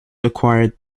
acquired